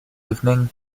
evening